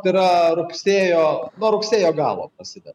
yra rugsėjo nuo rugsėjo galo prasideda